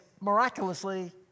miraculously